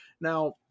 Now